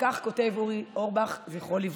כך כותב אורי אורבך, זיכרונו לברכה: